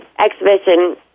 exhibition